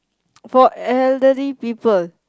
for elderly people